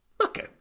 okay